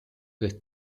with